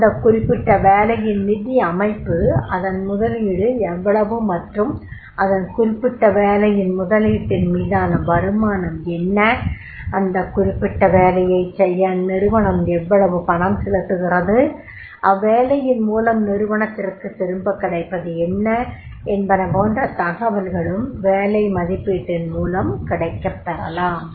அந்த குறிப்பிட்ட வேலையின் நிதி அமைப்பு அதன் முதலீடு எவ்வளவு மற்றும் அந்த குறிப்பிட்ட வேலையின் முதலீட்டின் மீதான வருமானம் என்ன அந்த குறிப்பிட்ட வேலையைச் செய்ய அந்நிறுவனம் எவ்வளவு பணம் செலுத்துகிறது அவ்வேலையின் மூலம் நிறுவனத்திற்கு திரும்பக் கிடைப்பது என்ன என்பன போன்ற தகவல்களும் வேலை மதிப்பீட்டின் மூலம் கிடைக்கப் பெறலாம்